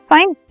Fine